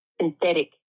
synthetic